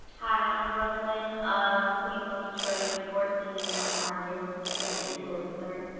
hi, i'm brooklyn, a queen from detroit. i'm fourteen i'm a artist and influencer.